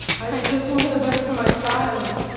just want the best for my child.